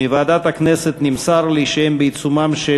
מוועדת הכנסת נמסר לי שהם בעיצומן של